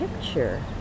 picture